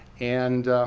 and